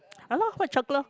a lot of white chocolate